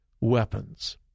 weapons